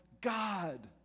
God